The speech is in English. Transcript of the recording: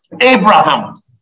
Abraham